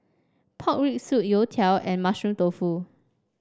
Pork Rib Soup Youtiao and Mushroom Tofu